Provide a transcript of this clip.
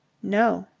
no.